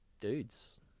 dudes